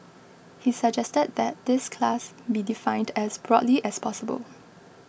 he suggested that this class be defined as broadly as possible